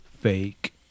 fake